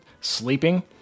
sleeping